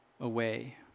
away